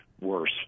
worse